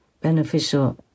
beneficial